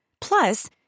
Plus